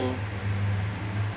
oh